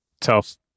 tough